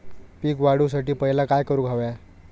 पीक वाढवुसाठी पहिला काय करूक हव्या?